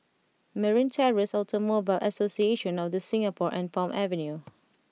Merryn Terrace Automobile Association of The Singapore and Palm Avenue